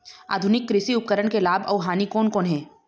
आधुनिक कृषि उपकरण के लाभ अऊ हानि कोन कोन हे?